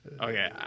Okay